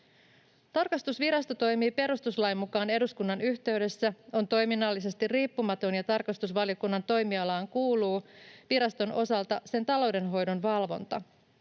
Tarkastusvirasto toimii perustuslain mukaan eduskunnan yhteydessä ja on toiminnallisesti riippumaton, ja tarkastusvaliokunnan toimialaan kuuluu viraston osalta sen taloudenhoidon valvonta.